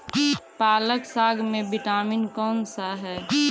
पालक साग में विटामिन कौन सा है?